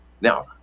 Now